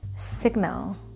signal